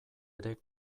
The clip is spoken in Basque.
ere